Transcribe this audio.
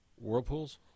Whirlpools